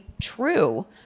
true